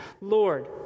Lord